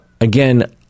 again